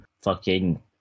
fucking-